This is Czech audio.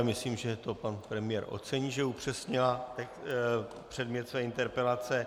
Myslím, že to pan premiér ocení, že upřesnila předmět své interpelace.